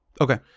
okay